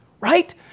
right